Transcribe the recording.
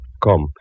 Come